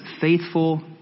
faithful